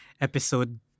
episode